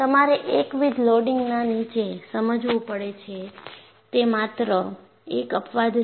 તમારે એકવિધ લોડિંગના નીચે સમજવું પડે છે તે માત્ર એક અપવાદ છે